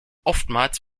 oftmals